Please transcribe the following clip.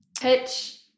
pitch